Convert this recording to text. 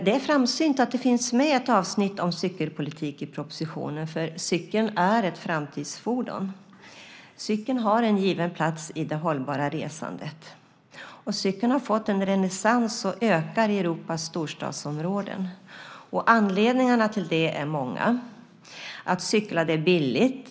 Det är framsynt att det finns med ett avsnitt om cykelpolitik i propositionen, för cykeln är ett framtidsfordon. Cykeln har en given plats i det hållbara resandet. Och cykeln har fått en renässans. Användandet ökar i Europas storstadsområden. Anledningarna till det är många. Att cykla är billigt.